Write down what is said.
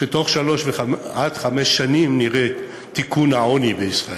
שבתוך שלוש עד חמש שנים נראה את תיקון העוני בישראל.